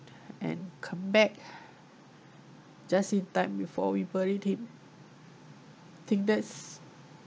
and come back just in time before we buried him think that's